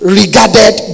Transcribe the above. regarded